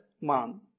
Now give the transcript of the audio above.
man